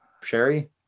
Sherry